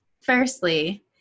firstly